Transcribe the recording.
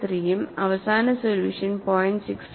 653 ഉം അവസാന സൊല്യൂഷൻ 0